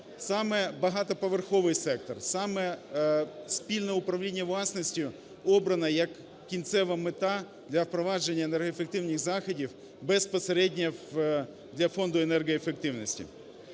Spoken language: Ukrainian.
Саме багатоповерховий сектор, саме спільне управління власністю обране як кінцева мета для впровадженняенергоефективних заходів безпосередньо для Фонду енергоефективності.